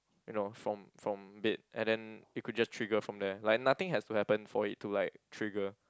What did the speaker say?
you know from from bed and then it could just trigger from there like nothing has to happen for it to like trigger